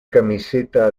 camiseta